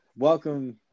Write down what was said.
Welcome